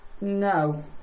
no